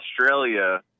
Australia